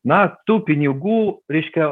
na tų pinigų reiškia